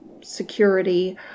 security